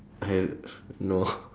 I no